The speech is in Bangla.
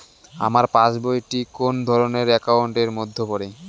আমার পাশ বই টি কোন ধরণের একাউন্ট এর মধ্যে পড়ে?